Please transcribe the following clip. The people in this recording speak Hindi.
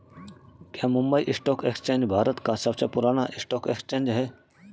क्या मुंबई स्टॉक एक्सचेंज भारत का सबसे पुराना स्टॉक एक्सचेंज है?